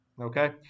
Okay